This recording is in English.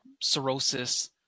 cirrhosis